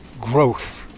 growth